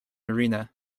arena